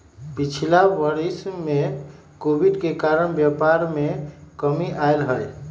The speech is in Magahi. पिछिला वरिस में कोविड के कारणे व्यापार में कमी आयल हइ